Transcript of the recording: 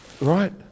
Right